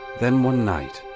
then one night,